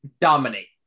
dominate